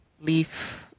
leaf